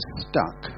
stuck